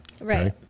right